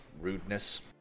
rudeness